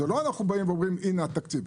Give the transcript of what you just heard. זה לא שאנחנו באים ואומרים להן הינה התקציב.